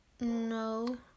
no